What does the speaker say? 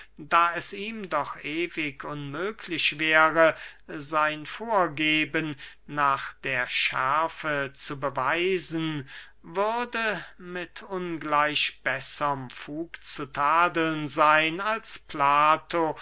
da es ihm doch ewig unmöglich wäre sein vorgeben nach der schärfe zu beweisen würde mit ungleich besserm fug zu tadeln seyn als plato